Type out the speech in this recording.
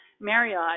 Marriott